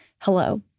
hello